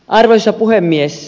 arvoisa puhemies